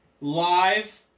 live